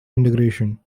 integration